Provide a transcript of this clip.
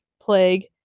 plague